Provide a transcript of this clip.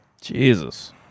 Jesus